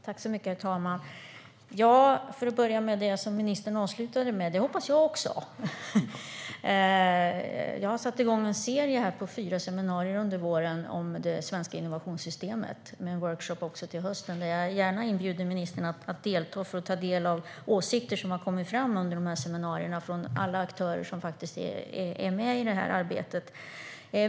Herr talman! För att börja med det som ministern avslutade med hoppas jag också på det. Jag har satt igång en serie av fyra seminarier under våren om det svenska innovationssystemet och med en workshop till hösten, som jag gärna inbjuder ministern till för att ta del av de åsikter som kommer fram under seminarierna från alla aktörer som är med i det här arbetet.